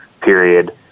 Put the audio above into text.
period